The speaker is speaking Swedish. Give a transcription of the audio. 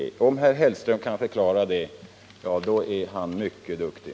Om herr Hellström kan förklara det, är han mycket duktig.